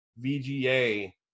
VGA